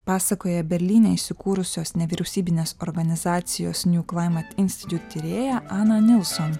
pasakoja berlyne įsikūrusios nevyriausybinės organizacijos niū klaimat institiūt tyrėja ana nilson